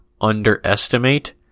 underestimate